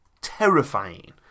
terrifying